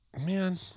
man